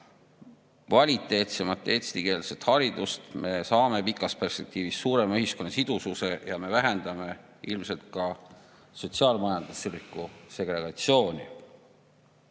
kvaliteetsema eestikeelse hariduse, me saame pikas perspektiivis ühiskonna suurema sidususe ja me vähendame ilmselt ka sotsiaal-majanduslikku segregatsiooni. Kuid